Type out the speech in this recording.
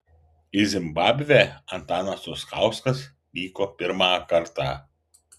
į zimbabvę antanas truskauskas vyko pirmą kartą